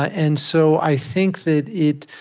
ah and so i think that it